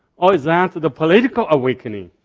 or is and that the political awakening?